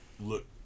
look